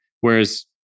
Whereas